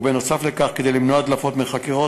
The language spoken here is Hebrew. נוסף על כך, כדי למנוע הדלפות מחקירות,